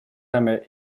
aimait